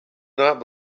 not